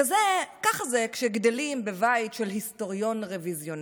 ככה זה כשגדלים בבית של היסטוריון רוויזיוניסט.